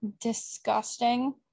disgusting